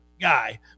guy